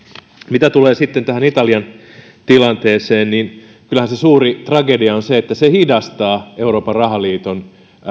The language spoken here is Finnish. mitä tulee sitten tähän italian tilanteeseen niin kyllähän se suuri tragedia on se että se hidastaa euroopan rahaliiton